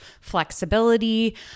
flexibility